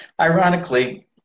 Ironically